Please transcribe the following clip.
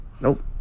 Nope